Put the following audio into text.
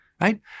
right